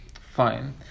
fine